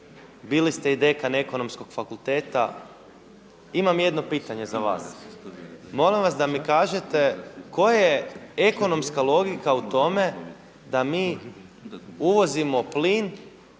bili ste i dekan Ekonomskog fakulteta, imam jedno pitanje za vas. Molim vas da mi kažete koja je ekonomska logika u tome da mi uvozimo plin